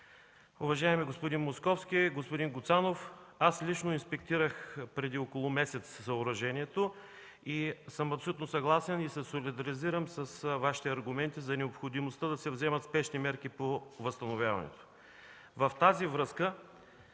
Уважаеми господин Московски, господин Гуцанов, аз лично инспектирах преди около месец съоръжението и съм абсолютно съгласен и се солидаризирам с Вашите аргументи за необходимостта да се вземат спешни мерки по възстановяването. В тази връзка